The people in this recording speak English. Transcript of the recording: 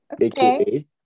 aka